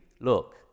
look